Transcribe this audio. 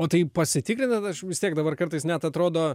o tai pasitikrinat aš vis tiek dabar kartais net atrodo